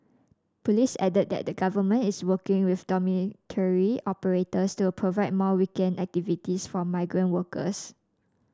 police added that the Government is working with dormitory operators to provide more weekend activities for migrant workers